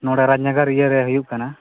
ᱱᱚᱸᱰᱮ ᱨᱟᱜᱽᱱᱚᱜᱚᱨ ᱤᱭᱟᱹ ᱨᱮ ᱦᱩᱭᱩᱜ ᱠᱟᱱᱟ